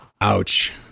Ouch